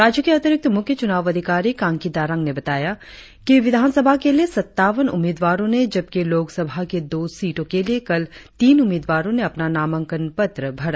राज्य के अतिरिक्त मुख्य चुनाव अधिकारी कांगकी दारांग ने बताया कि विधानसभा के लिए सत्तावन उम्मीदवारों ने जबकि लोकसभा की दो सीटों के लिए कल तीन उम्मीदवारों ने अपना नामांकन पत्र भरा